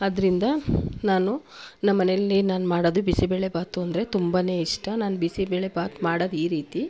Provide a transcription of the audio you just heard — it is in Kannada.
ಆದ್ದರಿಂದ ನಾನು ನಮ್ಮನೆಯಲ್ಲಿ ನಾನು ಮಾಡೋದು ಬಿಸಿಬೇಳೆಬಾತು ಅಂದರೆ ತುಂಬನೇ ಇಷ್ಟ ನಾನು ಬಿಸಿಬೇಳೆಬಾತ್ ಮಾಡೋದು ಈ ರೀತಿ